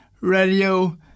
radio